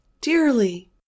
dearly